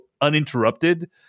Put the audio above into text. uninterrupted